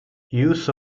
use